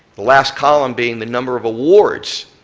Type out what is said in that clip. the last column being the number of awards